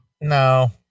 No